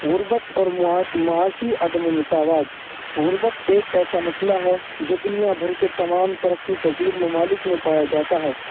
غربت اور معاشی عدم مساوات غربت ایک ایسا مسئلہ ہے جو دنیا بھر کے تمام ترقی پذیر ممالک میں پایا جاتا ہے